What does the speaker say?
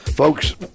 Folks